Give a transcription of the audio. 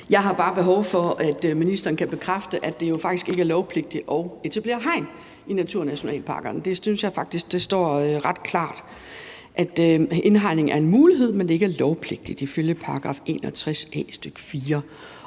Jeg har bare behov for, at ministeren bekræfter, at det faktisk ikke er lovpligtigt at etablere hegn i naturnationalparkerne. Jeg synes faktisk, at det står ret klart i § 61 A, stk. 4, at indhegning er en mulighed, men at det ikke er lovpligtigt. Jeg har behov for at få